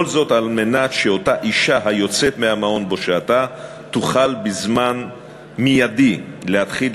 על מנת שאותה אישה היוצאת מהמעון שבו שהתה תוכל מייד להתחיל,